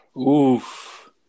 Oof